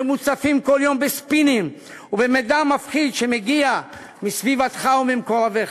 שמוצפים כל יום בספינים ובמידע מפחיד שמגיע מסביבתך וממקורביך.